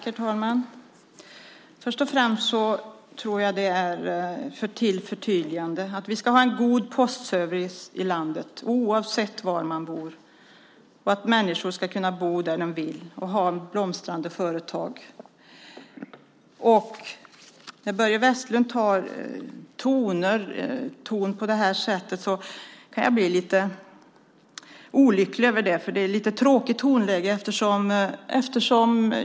Herr talman! Först och främst ett förtydligande: Vi ska ha en god postservice i landet oavsett var man bor. Människor ska kunna bo där de vill och ha blomstrande företag. När Börje Vestlund tar ton på det här sättet blir jag lite olycklig. Det är ett lite tråkigt tonläge.